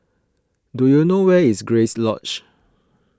do you know where is Grace Lodge